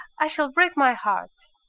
i shall break my heart